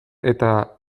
eta